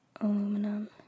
aluminum